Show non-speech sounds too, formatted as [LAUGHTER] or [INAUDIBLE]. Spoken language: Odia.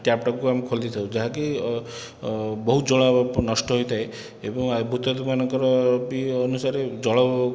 ଟ୍ୟାପ୍ଟାକୁ ଆମେ ଖୋଲିଦେଇ ଥାଉ ଯାହାକି ବହୁତ ଜଳ ନଷ୍ଟ ହୋଇଥାଏ ଏବଂ [UNINTELLIGIBLE] ମାନଙ୍କର ବି ଅନୁସାରେ ଜଳ